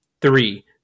three